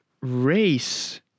race